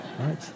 right